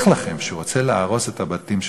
לכם שהוא רוצה להרוס את הבתים שלכם?